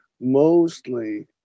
mostly